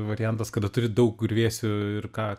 variantas kada turi daug griuvėsių ir ką